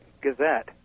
Gazette